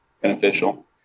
beneficial